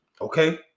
Okay